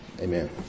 amen